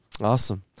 Awesome